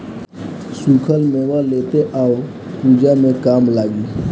सुखल मेवा लेते आव पूजा में काम लागी